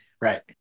right